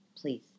please